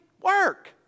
Work